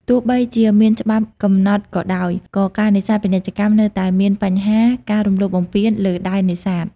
ទោះបីជាមានច្បាប់កំណត់ក៏ដោយ ក៏ការនេសាទពាណិជ្ជកម្មនៅតែមានបញ្ហា ការរំលោភបំពាន លើដែននេសាទ។